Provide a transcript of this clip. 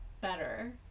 better